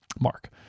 mark